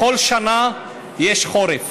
בכל שנה יש חורף